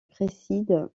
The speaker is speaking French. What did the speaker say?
préside